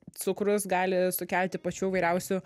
cukrus gali sukelti pačių įvairiausių